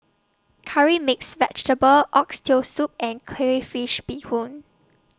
Curry Mixed Vegetable Oxtail Soup and Crayfish Beehoon